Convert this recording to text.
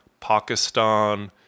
Pakistan